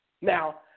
Now